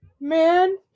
man